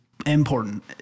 important